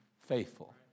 faithful